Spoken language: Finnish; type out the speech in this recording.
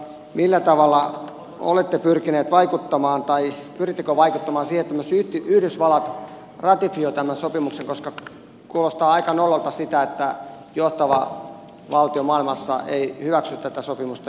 millä tavalla olette pyrkineet vaikuttamaan tai pyrittekö vaikuttamaan siihen että myös yhdysvallat ratifioi tämän sopimuksen koska kuulostaa aika nololta se että johtava valtio maailmassa ei hyväksy tätä sopimusta